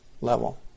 level